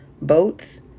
boats